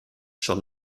schon